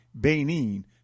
Benin